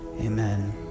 Amen